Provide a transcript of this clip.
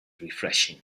refreshing